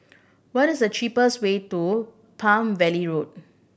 what the cheapest way to Palm Valley Road